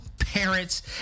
parents